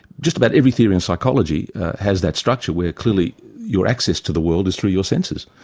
just about every theory in psychology has that structure, where clearly your access to the world is through your senses,